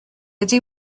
ydy